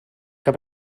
que